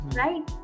right